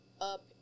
up